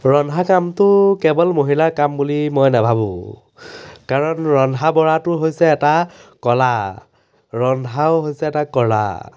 ৰন্ধা কামটো কেৱল মহিলাৰ কাম বুলি মই নেভাবোঁ কাৰণ ৰন্ধা বঢ়াটো হৈছে এটা কলা ৰন্ধাও হৈছে এটা কলা